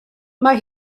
mae